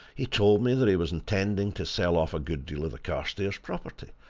he told me that he was intending to sell off a good deal of the carstairs property,